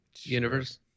universe